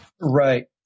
right